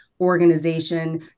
organization